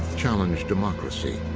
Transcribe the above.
challenge democracy,